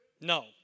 No